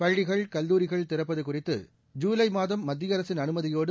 பள்ளிகள் கல்லூரிகள் திறப்பது குறித்து ஜூலை மாதம் மத்திய அரசின் அனுமதியோடு